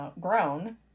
grown